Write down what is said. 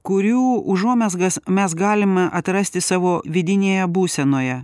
kurių užuomazgas mes galime atrasti savo vidinėje būsenoje